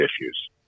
issues